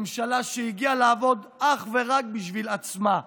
ממשלה שהגיעה לעבוד אך ורק בשביל עצמה,